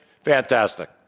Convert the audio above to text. fantastic